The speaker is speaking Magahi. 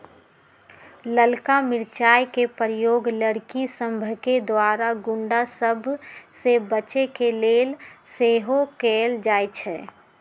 ललका मिरचाइ के प्रयोग लड़कि सभके द्वारा गुण्डा सभ से बचे के लेल सेहो कएल जाइ छइ